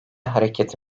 hareketi